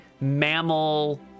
mammal